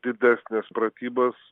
didesnes pratybas